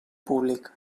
públic